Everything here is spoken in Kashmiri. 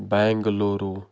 بینگَٕلوٗرو